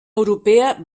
europea